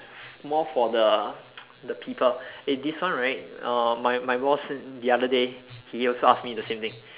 more for the the people eh this one right uh my my boss the other day he also ask me the same thing